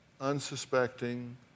unsuspecting